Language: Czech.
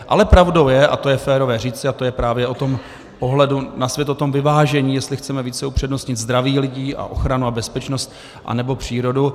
Ale pravdou je, a to je férové říci, a to je právě o tom pohledu na svět, o tom vyvážení, jestli chceme více upřednostnit zdraví lidí a ochranu a bezpečnost, anebo přírodu.